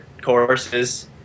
courses